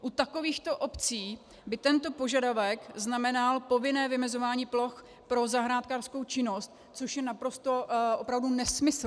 U takovýchto obcí by tento požadavek znamenal povinné vymezování ploch pro zahrádkářskou činnost, což je naprosto opravdu nesmyslné.